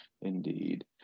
Indeed